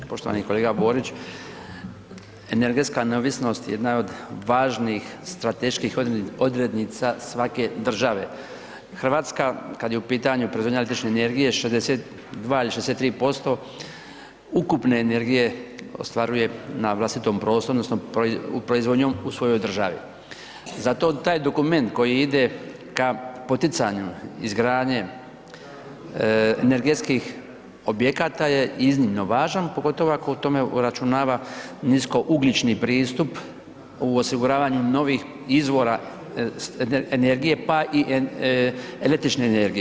Poštovani kolega Borić, energetska neovisnost jedna je od važnih strateških odrednica svake države, RH kad je u pitanju proizvodnja električne energije, 62 ili 63% ukupne energije ostvaruje na vlastitom prostoru odnosno proizvodnjom u svojoj državi, zato taj dokument koji ide ka poticanju izgradnje energetskih objekata je iznimno važan, pogotovo ako u tome uračunava niskougljični pristup u osiguravanju novih izvora energije, pa i električne energije.